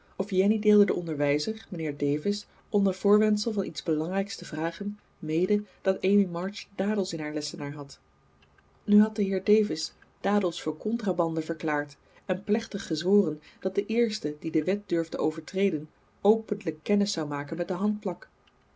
of jenny deelde den onderwijzer mijnheer davis onder voorwendsel van iets belangrijks te vragen mede dat amy march dadels in haar lessenaar had nu had de heer davis dadels voor contrabande verklaard en plechtig gezworen dat de eerste die de wet durfde overtreden openlijk kennis zou maken met de